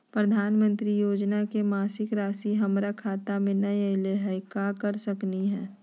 प्रधानमंत्री योजना के मासिक रासि हमरा खाता में नई आइलई हई, का कर सकली हई?